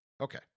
Okay